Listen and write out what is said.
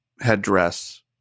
headdress